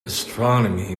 astronomy